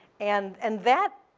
and and that,